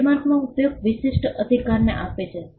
ટ્રેડમાર્કનો ઉપયોગ વિશિષ્ટ અધિકારને આપે છે